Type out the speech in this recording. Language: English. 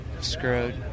screwed